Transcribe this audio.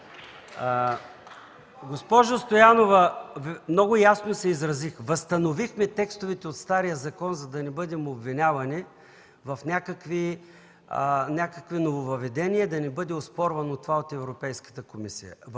Госпожо Стоянова, много ясно се изразих – възстановихме текстовете от стария закон, за да не бъдем обвинявани в някакви нововъведения и да ни бъде оспорвано това от Европейската комисия.